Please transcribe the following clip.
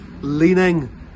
leaning